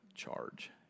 charge